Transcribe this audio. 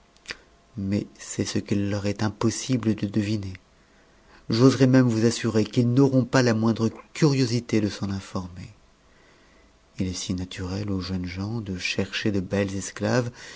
mais c'est ce qu'il leur est impossible de deviner j'oserais même vous assurer qu'ils n'auront pas la moindre curiosité de s'en informer il est si naturel aux jeunes gens de chercher de belles esclaves